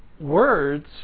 words